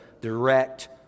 direct